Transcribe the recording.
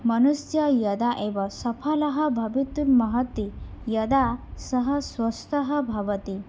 मनुष्यः यदा एव सफलः भवितुमर्हति यदा सः स्वस्थः भवति